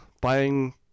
buying